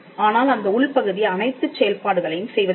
ஆனால் அந்த உள்பகுதி அனைத்துச் செயல்பாடுகளையும் செய்வதில்லை